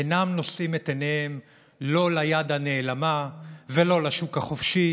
אינם נושאים את עיניהם לא ליד הנעלמה ולא לשוק החופשי